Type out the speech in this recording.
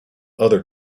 other